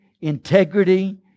integrity